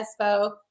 Espo